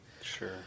Sure